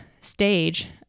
stage